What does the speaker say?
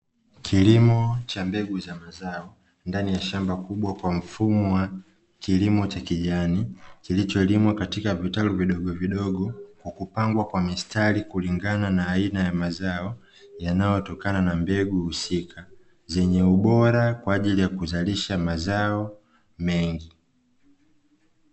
Kilimo cha mbegu cha mazao ndani ya shamba kubwa kwa mfumo wa kilimo cha kijani, kilicholimwa katika vitalu vidogovidogo kwa kupangwa kwa mistari kulingana na aina ya mazao yanayotokana na mbegu husika, zenye ubora kwa ajili ya kuzalisha mazao mengi.